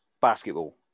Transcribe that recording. Basketball